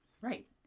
Right